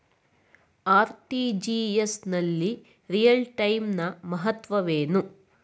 RTGS ನಲ್ಲಿ real time ನ ಮಹತ್ವವೇನು?